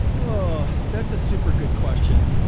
oh, that's a super good question,